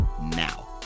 Now